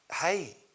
Hey